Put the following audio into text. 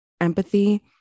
empathy